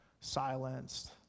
silenced